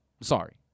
sorry